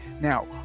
Now